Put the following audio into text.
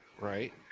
right –